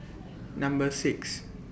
Number six